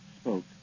spoke